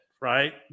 right